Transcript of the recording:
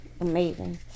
Amazing